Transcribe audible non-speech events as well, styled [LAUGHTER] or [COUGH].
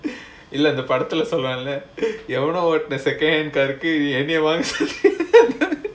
you ஏதோ படத்துல சொல்வாங்கள எவனோ ஒருத்தன்:edho padathula solvaangalae evano oruthan the secondhand அனுப்பி:anuppi [LAUGHS]